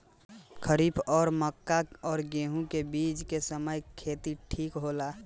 खरीफ और मक्का और गेंहू के बीच के समय खेती ठीक होला?